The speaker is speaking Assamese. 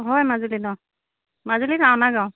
হয় মাজুলীত অঁ মাজুলীত গাঁও